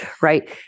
right